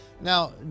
Now